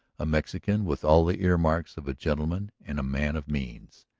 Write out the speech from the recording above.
a mexican with all the earmarks of a gentleman and a man of means.